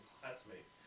classmates